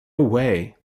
way